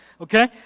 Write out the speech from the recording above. Okay